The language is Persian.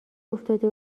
افتاده